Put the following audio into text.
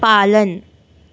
पालन